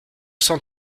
cent